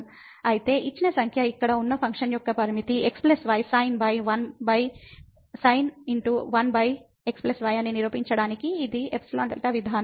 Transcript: కాబట్టి ఇచ్చిన సంఖ్య ఇక్కడ ఉన్న ఫంక్షన్ యొక్క పరిమితి xysin1xy అని నిరూపించడానికి ఇది ϵ δ విధానం